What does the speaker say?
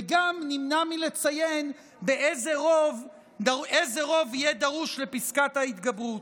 וגם נמנע מלציין איזה רוב יהיה דרוש לפסקת ההתגברות.